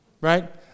Right